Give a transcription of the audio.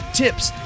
tips